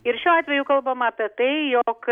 ir šiuo atveju kalbama apie tai jog